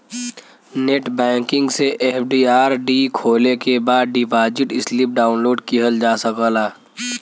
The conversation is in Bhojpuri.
नेटबैंकिंग से एफ.डी.आर.डी खोले के बाद डिपाजिट स्लिप डाउनलोड किहल जा सकला